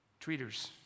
tweeters